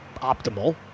optimal